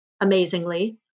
amazingly